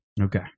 Okay